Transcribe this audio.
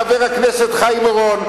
חבר הכנסת חיים אורון,